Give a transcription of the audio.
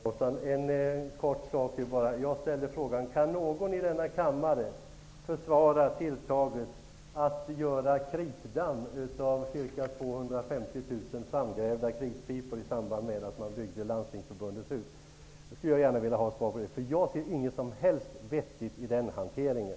Herr talman! Jag ställde frågan om någon i denna kammare kan försvara tilltaget att man i samband med att Landstingsförbundets hus byggdes gjorde kritdamm av ca 250 000 framgrävda kritpipor. Jag skulle gärna vilja ha ett svar på den frågan. Jag ser nämligen inget vettigt i den hanteringen.